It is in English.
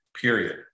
period